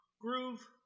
groove